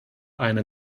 eine